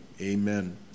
Amen